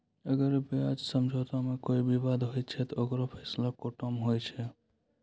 अगर ब्याज समझौता मे कोई बिबाद होय छै ते ओकरो फैसला कोटो मे हुवै छै